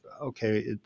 okay